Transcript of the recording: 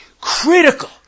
critical